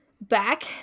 back